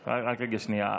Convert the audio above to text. שנייה.